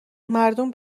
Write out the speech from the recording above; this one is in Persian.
مردم